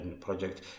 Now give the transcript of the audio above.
project